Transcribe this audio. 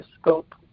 scope